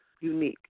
Unique